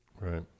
Right